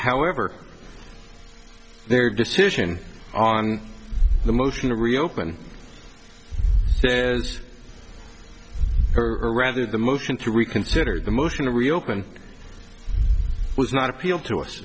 however their decision on the motion to reopen it is a rather the motion to reconsider the most and to reopen was not appeal to us